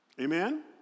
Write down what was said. Amen